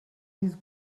these